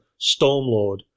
Stormlord